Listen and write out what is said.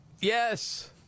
Yes